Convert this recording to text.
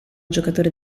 giocatore